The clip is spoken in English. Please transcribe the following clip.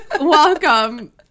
welcome